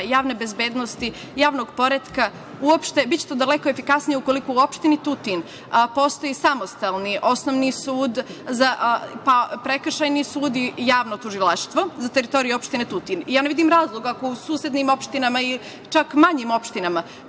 javne bezbednosti, javnog poretka, uopšte, biće to daleko efikasnije ukoliko u opštini Tutin postoji samostalni osnovni sud, prekršajni sud i javno tužilaštvo za teritoriju opštine Tutin. Ja ne vidim razlog, ako u susednim opštinama, čak manjim opštinama,